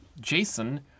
Jason